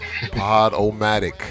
Podomatic